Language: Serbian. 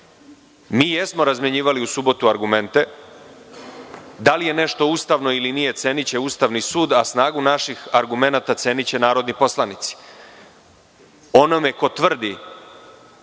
Mi jesmo razmenjivali u subotu argumente. Da li je nešto ustavno ili nije, ceniće Ustavni sud, a snagu naših argumenta ceniće narodni poslanici. Onome ko tvrdi